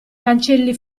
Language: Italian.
cancelli